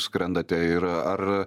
skrendate ir ar